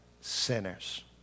sinners